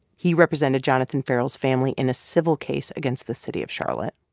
he represented jonathan ferrell's family in a civil case against the city of charlotte.